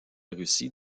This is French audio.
russie